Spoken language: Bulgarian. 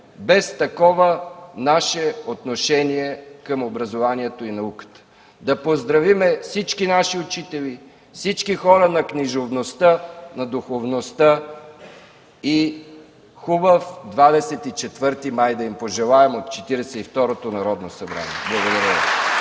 без такова наше отношение към образованието и науката. Да поздравим всички наши учители, всички хора на книжовността, на духовността и хубав 24 май да им пожелаем от Четиридесет и второто Народно събрание! Благодаря